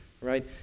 right